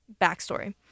backstory